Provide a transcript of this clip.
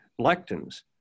lectins